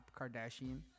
Kardashian